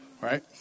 Right